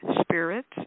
spirits